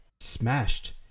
smashed